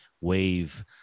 wave